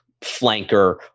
flanker